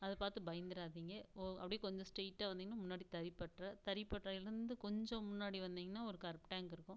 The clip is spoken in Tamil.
அதை பார்த்து பயந்துடாதீங்க அப்படியே கொஞ்சம் ஸ்டெரெய்ட்டா வந்திங்கன்னா தறி பட்டறை தறி பட்டறையிலேருந்து கொஞ்சம் முன்னாடி வந்திங்கன்னா ஒரு கருப்பு டேங்கு இருக்கும்